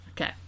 Okay